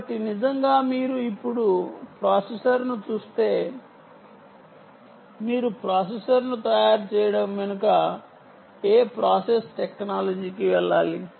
కాబట్టి నిజంగా మీరు ఇప్పుడు ప్రాసెసర్ను చూస్తే మీరు ప్రాసెసర్ను తయారు చేయడం వెనుక ఏ ప్రాసెస్ టెక్నాలజీకి వెళ్ళాలి